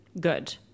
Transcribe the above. good